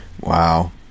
Wow